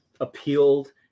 appealed